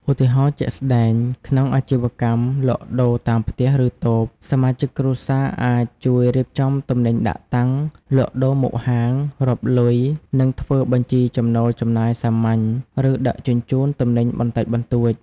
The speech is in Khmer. ឧទាហរណ៍ជាក់ស្ដែង ក្នុងអាជីវកម្មលក់ដូរតាមផ្ទះ ឬតូប សមាជិកគ្រួសារអាចជួយរៀបចំទំនិញដាក់តាំង លក់ដូរមុខហាង រាប់លុយ និងធ្វើបញ្ជីចំណូលចំណាយសាមញ្ញ ឬដឹកជញ្ជូនទំនិញបន្តិចបន្តួច។